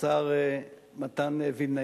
השר מתן וילנאי,